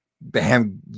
Bam